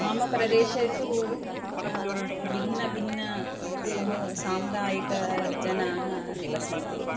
मम प्रदेशे तु हा भिन्नभिन्नाः सम सामुदायिकजनाः निवसन्ति